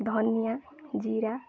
ଧନିଆ ଜିରା